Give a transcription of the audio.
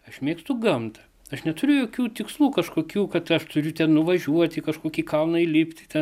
aš mėgstu gamtą aš neturiu jokių tikslų kažkokių kad aš turiu ten nuvažiuoti į kažkokį kalną įlipti ten